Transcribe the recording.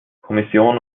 kommission